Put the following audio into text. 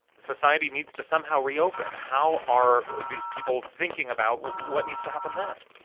society needs to somehow reopen. how are these people thinking about what needs to happen then?